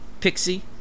Pixie